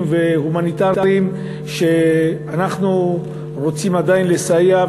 והומניטריים שבהם אנחנו רוצים עדיין לסייע,